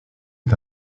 est